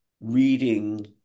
reading